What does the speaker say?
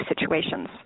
situations